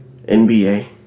NBA